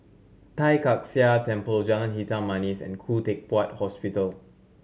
Tai Kak Seah Temple Jalan Hitam Manis and Khoo Teck Puat Hospital